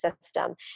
system